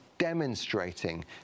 demonstrating